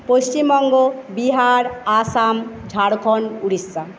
Paschimbanga Bihar Assam Jharkhand Orissa